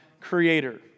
creator